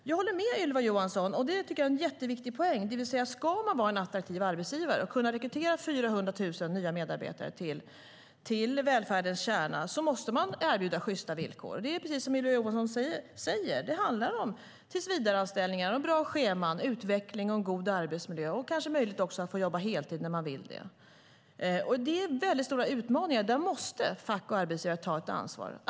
En mycket viktig poäng är - där håller jag med Ylva Johansson - att om man ska vara en attraktiv arbetsgivare och kunna rekrytera 400 000 nya medarbetare till välfärdens kärna måste man erbjuda sjysta villkor. Precis som Ylva Johansson säger handlar det om tillsvidareanställning, bra schema, utveckling och god arbetsmiljö, och kanske också möjlighet att jobba heltid när man så vill. Det innebär stora utmaningar, och där måste fack och arbetsgivare ta ett ansvar.